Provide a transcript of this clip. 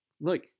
look